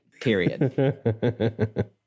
Period